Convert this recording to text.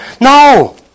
No